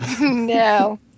no